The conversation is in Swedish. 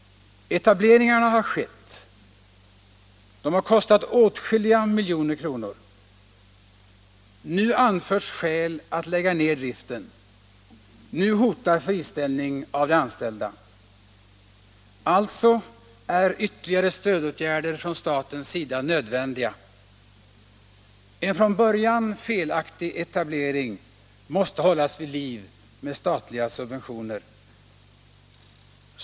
Etableringarna har skett. De har kostat åtskilliga miljoner kronor. Nu anförs skäl att lägga ner driften. Nu hotar friställning av de anställda. Alltså är ytterligare stödåtgärder från statens sida nödvändiga. En från början felaktig etablering måste hållas vid liv med statliga subventioner.